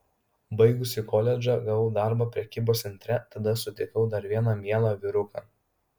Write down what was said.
baigusi koledžą gavau darbą prekybos centre tada sutikau dar vieną mielą vyruką